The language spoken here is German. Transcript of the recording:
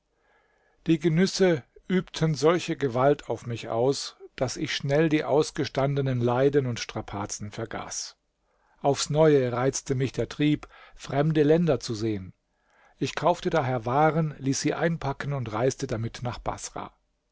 die genüsse übten solche gewalt auf mich aus daß ich schnell die ausgestandenen leiden und strapazen vergaß aufs neue reizte mich der trieb fremde länder zu sehen ich kaufte daher waren ließ sie einpacken und reiste damit nach baßrah